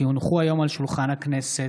כי הונחו היום על שולחן הכנסת,